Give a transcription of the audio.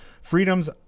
freedom's